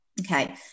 Okay